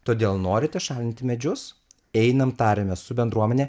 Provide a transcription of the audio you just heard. todėl norite šalinti medžius einam tariamės su bendruomene